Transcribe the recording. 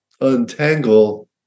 untangle